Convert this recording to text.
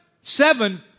seven